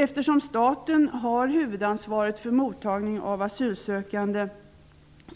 Eftersom staten har huvudansvaret för mottagningen av asylsökande,